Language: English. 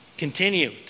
Continue